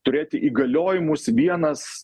turėti įgaliojimus vienas